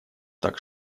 так